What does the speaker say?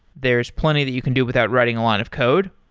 there's plenty that you can do without writing a lot of code,